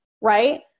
Right